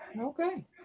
Okay